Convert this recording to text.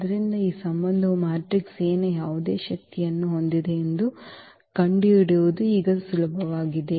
ಆದ್ದರಿಂದ ಈ ಸಂಬಂಧವು ಮ್ಯಾಟ್ರಿಕ್ಸ್ A ಯ ಯಾವುದೇ ಶಕ್ತಿಯನ್ನು ಹೊಂದಿದೆ ಎಂದು ಕಂಡುಹಿಡಿಯುವುದು ಈಗ ಸುಲಭವಾಗಿದೆ